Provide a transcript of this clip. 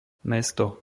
mesto